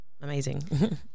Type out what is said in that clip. amazing